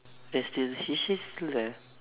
there's still he she's still there